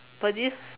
but this